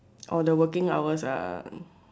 or the working hours are